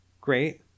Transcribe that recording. great